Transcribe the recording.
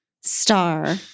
star